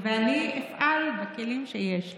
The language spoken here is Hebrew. אני אפעל בכלים שיש לי,